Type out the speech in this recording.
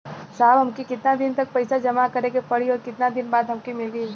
साहब हमके कितना दिन तक पैसा जमा करे के पड़ी और कितना दिन बाद हमके मिली?